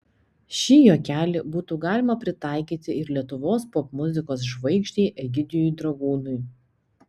šį juokelį būtų galima pritaikyti ir lietuvos popmuzikos žvaigždei egidijui dragūnui